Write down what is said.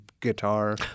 guitar